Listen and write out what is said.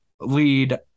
lead